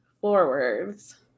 forwards